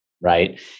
right